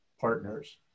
partners